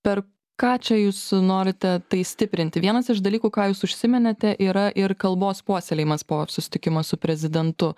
per ką čia jūs norite tai stiprinti vienas iš dalykų ką jūs užsiminėte yra ir kalbos puoselėjimas po susitikimo su prezidentu